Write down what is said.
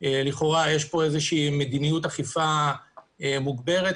לכאורה יש פה איזושהי מדיניות אכיפה מוגדרת,